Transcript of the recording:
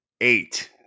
eight